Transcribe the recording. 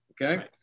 Okay